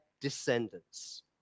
descendants